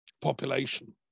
population